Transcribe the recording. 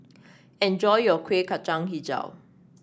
enjoy your Kueh Kacang hijau